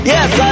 Yes